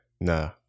No